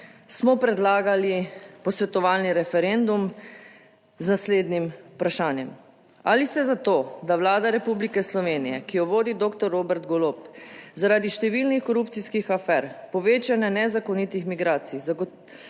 smo predlagali posvetovalni referendum z naslednjim vprašanjem: ali ste za to, da Vlada Republike Slovenije, ki jo vodi doktor Robert Golob, zaradi številnih korupcijskih afer, povečanja nezakonitih migracij,